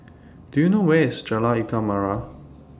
Do YOU know Where IS Jalan Ikan Merah